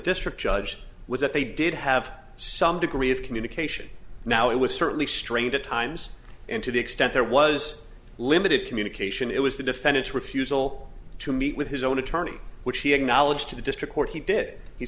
district judge was that they did have some degree of communication now it was certainly strained at imes and to the extent there was limited communication it was the defendant's refusal to meet with his own attorney which he acknowledged to the district court he did he